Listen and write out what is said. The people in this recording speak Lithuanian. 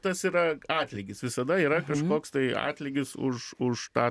tas yra atlygis visada yra kažkoks tai atlygis už už tą